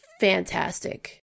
fantastic